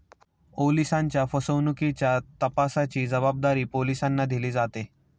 ओलिसांच्या फसवणुकीच्या तपासाची जबाबदारी पोलिसांना दिली जाते